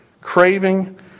Craving